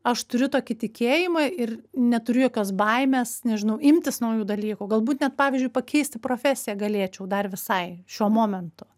aš turiu tokį tikėjimą ir neturiu jokios baimės nežinau imtis naujų dalykų galbūt ne pavyzdžiui pakeisti profesiją galėčiau dar visai šiuo momentu